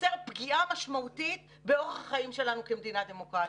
יוצר פגיעה משמעותית באורח החיים שלנו כמדינה דמוקרטית.